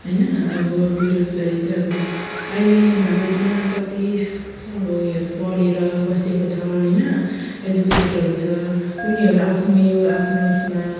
होइन अब बिरोजगारी चाहिँ अब अहिले यहाँ भारतमा कति अब उयोहरू पढेर बसेको छ होइन एजुकेटेडहरू छ उनीहरू आफ्नो यो आफ्नो ऊ यसमा